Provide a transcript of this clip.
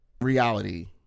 reality